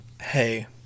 hey